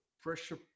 pressure